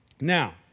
Now